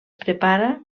prepara